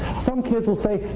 some kids will say,